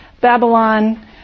Babylon